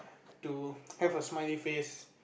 to have a smiley face